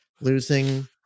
losing